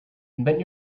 invent